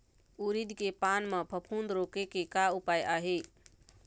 उरीद के पान म फफूंद रोके के का उपाय आहे?